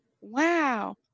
wow